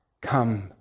Come